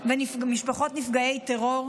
ומשפחות נפגעי טרור,